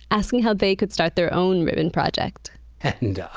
asking how they could start their own ribbon project and,